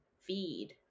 feed